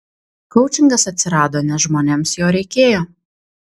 koučingas atsirado nes žmonėms jo reikėjo